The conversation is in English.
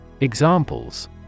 Examples